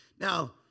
Now